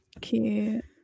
Cute